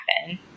happen